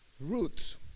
roots